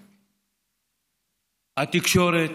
התקשורת,